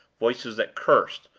voices that cursed,